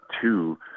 two